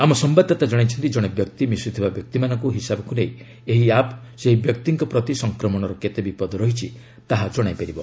ଆମ ସମ୍ଭାଦଦାତା ଜଣାଇଛନ୍ତି ଜଣେ ବ୍ୟକ୍ତି ମିଶୁଥିବା ବ୍ୟକ୍ତିମାନଙ୍କୁ ହିସାବକୁ ନେଇ ଏହି ଆପ୍ ସେହି ବ୍ୟକ୍ତିଙ୍କ ପ୍ରତି ସଂକ୍ରମଣର କେତେ ବିପଦ ରହିଛି ତାହା ଜଣାଇ ପାରିବ